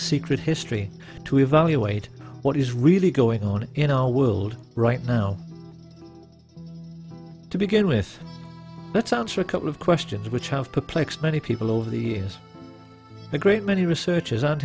secret history to evaluate what is really going on in our world right now to begin with that sounds are a couple of questions which have perplexed many people over the years a great many research